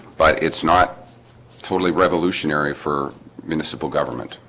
but it's not totally revolutionary for municipal government,